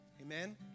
Amen